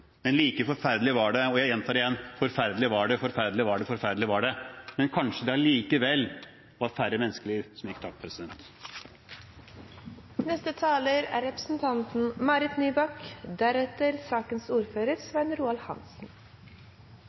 Men like forferdelig var det. Jeg gjentar det igjen: Forferdelig var det – det var forferdelig, men kanskje det allikevel var færre menneskeliv som